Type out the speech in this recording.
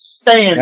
Stand